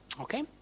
Okay